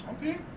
Okay